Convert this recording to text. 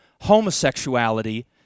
homosexuality